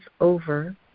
over